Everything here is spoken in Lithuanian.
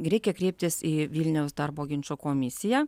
reikia kreiptis į vilniaus darbo ginčų komisiją